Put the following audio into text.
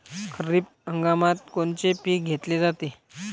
खरिप हंगामात कोनचे पिकं घेतले जाते?